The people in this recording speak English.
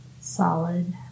solid